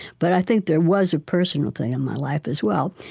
but i think there was a personal thing in my life as well,